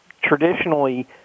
traditionally